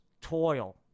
toil